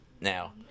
Now